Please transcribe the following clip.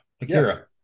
Akira